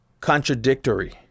contradictory